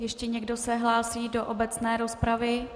Ještě někdo se hlásí do obecné rozpravy?